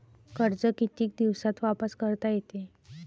कर्ज कितीक दिवसात वापस करता येते?